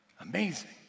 Amazing